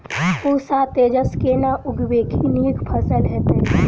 पूसा तेजस केना उगैबे की नीक फसल हेतइ?